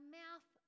mouth